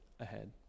ahead